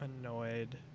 Annoyed